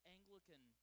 Anglican